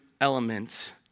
element